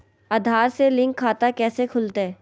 आधार से लिंक खाता कैसे खुलते?